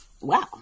Wow